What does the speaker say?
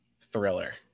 thriller